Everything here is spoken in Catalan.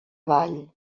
vall